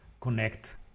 connect